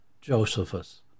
Josephus